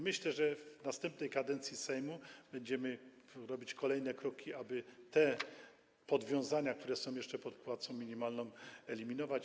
Myślę, że w następnej kadencji Sejmu będziemy robić kolejne kroki, aby te podwiązania, które są jeszcze pod płacą minimalną, eliminować.